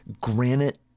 granite